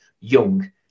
young